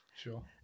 Sure